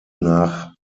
nach